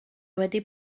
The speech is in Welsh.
wedi